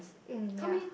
mm ya